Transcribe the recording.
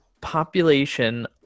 population